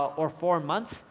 or four months,